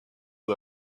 who